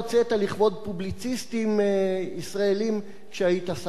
לכבוד פובליציסטים ישראלים כשהיית שר התקשורת.